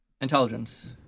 Intelligence